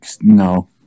No